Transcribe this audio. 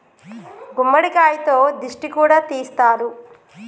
గుమ్మడికాయతో దిష్టి కూడా తీస్తారు